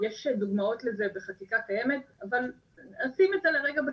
יש דוגמאות לזה בחקיקה קיימת אבל נשים את זה רגע בצד,